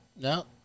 No